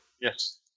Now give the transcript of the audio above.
Yes